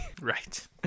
Right